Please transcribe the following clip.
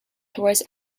towards